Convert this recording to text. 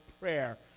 prayer